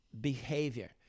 behavior